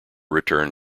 returned